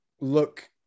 look